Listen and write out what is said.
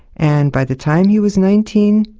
and by the time he was nineteen,